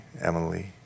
Emily